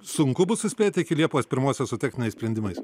sunku bus suspėti iki liepos pirmosios su techniniais sprendimais